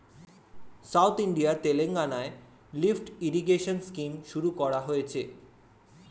south ইন্ডিয়ার তেলেঙ্গানায় lift irrigation scheme শুরু করা হয়েছে